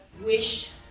wish